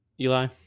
eli